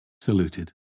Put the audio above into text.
saluted